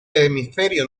hemisferio